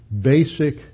basic